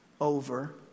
over